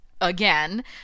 again